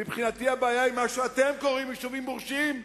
מבחינתי הבעיה היא מה שאתם קוראים "יישובים מורשים",